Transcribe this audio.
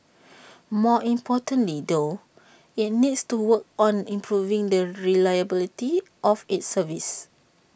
more importantly though IT needs to work on improving the reliability of its service